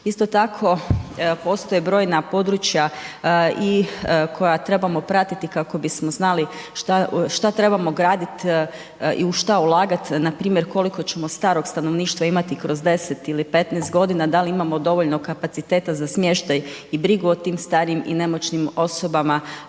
Isto tako, postoje brojna područja i koja trebamo pratiti kako bismo znali šta trebamo graditi i u šta ulagati, npr. koliko ćemo starog stanovništva imati kroz 10 ili 15 g., da li imamo dovoljno kapaciteta za smještaj i brigu o tim starijim i nemoćnim osobama